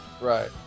Right